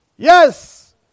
Yes